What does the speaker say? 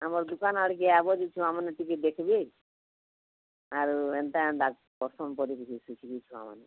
ଆମୋର୍ ଦୁକାନ୍ ଆଡ଼୍କେ ଆଇବ୍ ଯେ ଛୁଆମାନେ ଟିକେ ଦେଖିବେ ଆରୁ ଏନ୍ତା ଏନ୍ତା କରସୁଁ ବୋଲିକିରି ଶିଖିବେ ଛୁଆମାନେ